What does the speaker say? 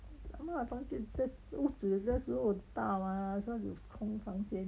阿妈房间真屋子那时候大吗这样子空房间